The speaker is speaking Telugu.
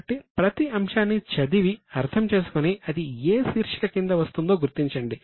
కాబట్టి ప్రతి అంశాన్ని చదివి అర్థం చేసుకుని అది ఏ శీర్షిక కింద వస్తుందో గుర్తించండి